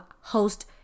host